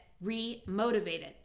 re-motivated